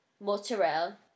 mozzarella